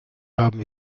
haben